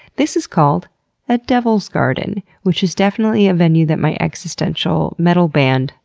this is called a devil's garden, which is definitely a venue that my existential metal band,